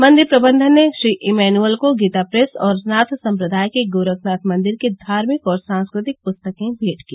मंदिर प्रबंधन ने श्री इमैनुएल को गीता प्रेस और नाथ संप्रदाय की गोरखनाथ मंदिर की धार्मिक और सांस्कृतिक पुस्तकें भेंट की